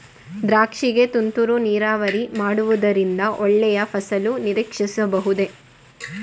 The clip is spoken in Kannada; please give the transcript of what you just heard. ದ್ರಾಕ್ಷಿ ಗೆ ತುಂತುರು ನೀರಾವರಿ ಮಾಡುವುದರಿಂದ ಒಳ್ಳೆಯ ಫಸಲು ನಿರೀಕ್ಷಿಸಬಹುದೇ?